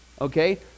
okay